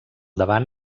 davant